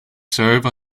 serve